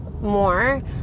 more